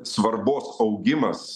svarbos augimas